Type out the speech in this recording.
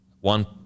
One